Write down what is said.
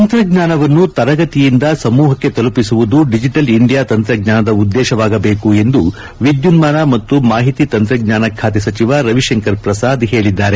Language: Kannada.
ತಂತ್ರಜ್ಞಾನವನ್ನು ತರಗತಿಯಿಂದ ಸಮೂಪಕ್ಕೆ ತಲುಪಿಸುವುದು ಡಿಜೆಟಲ್ ಇಂಡಿಯಾ ತಂತ್ರಜ್ಞಾನದ ಉದ್ದೇಶವಾಗಬೇಕು ಎಂದು ವಿದ್ಯುನ್ಮಾನ ಮತ್ತು ಮಾಹಿತಿ ತಂತ್ರಜ್ಞಾನ ಖಾತೆ ಸಚಿವ ರವಿಶಂಕರ್ ಪ್ರಸಾದ್ ಹೇಳಿದ್ದಾರೆ